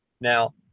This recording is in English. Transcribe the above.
Now